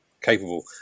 capable